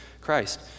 Christ